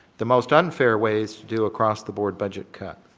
the most unfair way is to do across the board budget cut